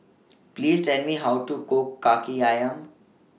Please Tell Me How to Cook Kaki Ayam